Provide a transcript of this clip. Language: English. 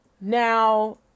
Now